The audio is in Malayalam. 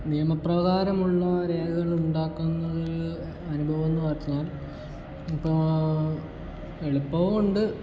നിയമപ്രകാരമുള്ള രേഖകളുണ്ടാക്കുന്നതിൽ അനുഭവംന്ന് വെച്ചഞ്ഞാൽ ഇപ്പോൾ എളുപ്പവും ഉണ്ട്